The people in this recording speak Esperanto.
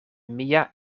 mia